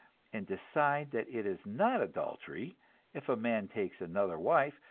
and decide that it is not adultery if a man takes another wife,